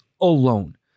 alone